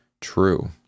true